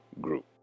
group